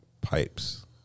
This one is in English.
pipes